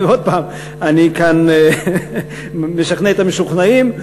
עוד פעם, אני כאן משכנע את המשוכנעים.